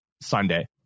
Sunday